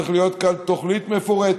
צריכה להיות כאן תוכנית מפורטת,